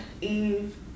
Eve